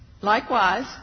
Likewise